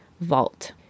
vault